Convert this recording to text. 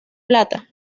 plata